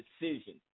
decision